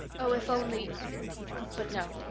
oh, if only but no,